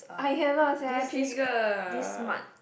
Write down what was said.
I have not said I trigger